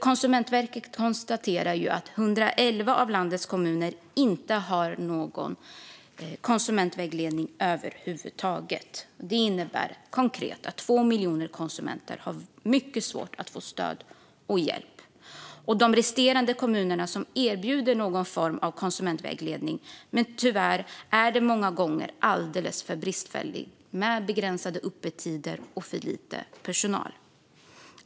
Konsumentverket konstaterar att 111 av landets kommuner inte har någon konsumentvägledning över huvud taget. Det innebär konkret att 2 miljoner konsumenter har mycket svårt att få stöd och hjälp. De resterande kommunerna erbjuder någon form av konsumentvägledning, men tyvärr är den många gånger alldeles för bristfällig med begränsade öppettider och för lite personal.